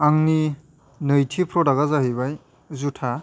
आंनि नैथि प्रडाकआ जाहैबाय जुथा